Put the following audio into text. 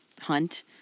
hunt